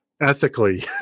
ethically